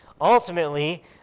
Ultimately